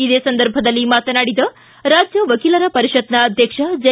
ಇದೇ ಸಂದರ್ಭದಲ್ಲಿ ಮಾತನಾಡಿದ ರಾಜ್ಯ ವಕೀಲರ ವರಿಷತ್ತಿನ ಅಧ್ಯಕ್ಷ ಜೆ